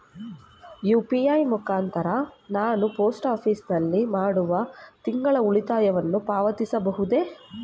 UPI ಮುಖಾಂತರ ನಾನು post office ನಲ್ಲಿ ಮಾಡುವ ತಿಂಗಳ ಉಳಿತಾಯವನ್ನು ಪಾವತಿಸಬಹುದೇ?